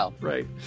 right